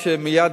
אף שמייד,